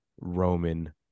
Roman